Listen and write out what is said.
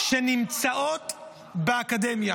-- נמצאות באקדמיה